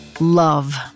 Love